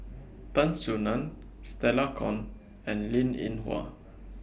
Tan Soo NAN Stella Kon and Linn in Hua